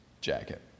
jacket